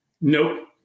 Nope